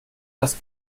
das